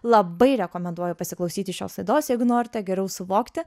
labai rekomenduoju pasiklausyti šios laidos jeigu norite geriau suvokti